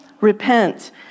repent